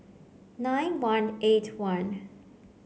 nine one eight one